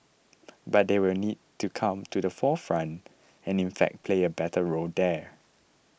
but they will need to come to the forefront and in fact play a better role there